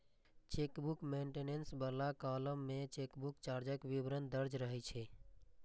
chequebook maintenance बला column मे chequebook चार्जक विवरण दर्ज रहै छै